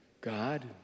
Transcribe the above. God